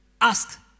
ask